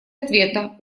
ответа